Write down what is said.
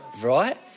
right